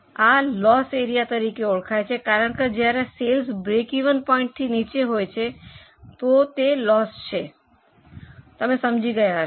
આ loss area તરીકે ઓળખાય છે કારણ કે જ્યારે સેલ્સ બ્રેકિવન પોઇન્ટથી નીચે હોય છે તો તે લોસ છે શું તમે સમજી ગયા છો